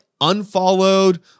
unfollowed